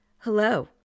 Hello